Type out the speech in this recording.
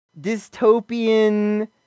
dystopian